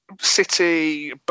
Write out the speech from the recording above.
City